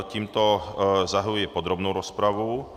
Tímto zahajuji podrobnou rozpravu.